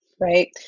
Right